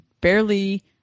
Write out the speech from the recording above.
barely